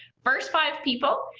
first five people,